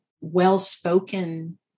well-spoken